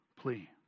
plea